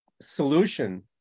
solution